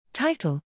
Title